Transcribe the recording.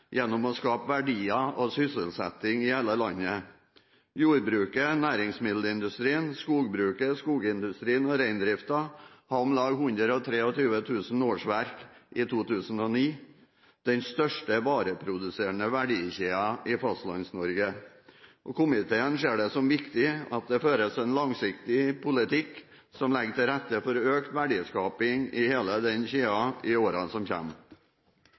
gjennom å skape verdier og sysselsetting i hele landet. Jordbruket, næringsmiddelsindustrien, skogbruket, skogindustrien og reindriften hadde om lag 123 000 årsverk i 2009 og er den største vareproduserende verdikjeden i Fastlands-Norge. Komiteen ser det som viktig at det føres en langsiktig politikk som legger til rette for økt verdiskaping i hele den kjeden i årene som